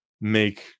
make